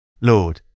Lord